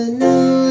new